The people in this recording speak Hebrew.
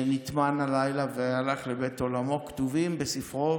שנטמן הלילה והלך לבית עולמו, כתובים בספרו